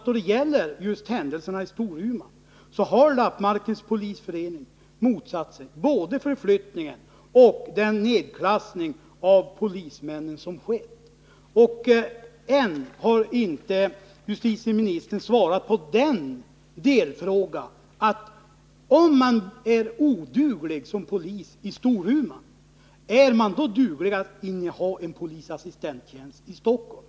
Då det gäller just händelserna i Storuman har Lappmarkens polisförening motsatt sig både förflyttningen och den nedklassning av polismännen som skett. Än har justitieministern inte svarat på frågan: Om man är oduglig som polis i Storuman, är man då duglig att inneha en polisassistenttjänst i Stockholm?